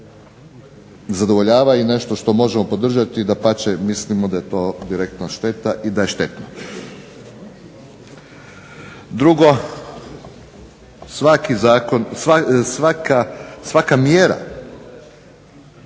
zadovoljava i nešto što možemo podržati. Dapače mislimo da je to direktna šteta i da je štetno. Drugo, svaka mjera